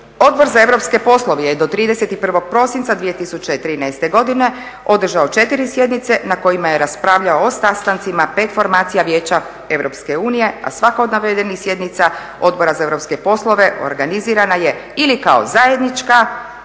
Odbor za europske poslove je do 31. prosinca 2013. godine održao 4 sjednice na kojima je raspravljao o sastancima 5 performacija Vijeća Europske unije, a svaka od navedenih sjednica Odbora za europske poslove organizirana je ili kao zajednička